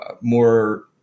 more